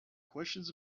questions